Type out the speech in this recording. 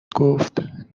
گفت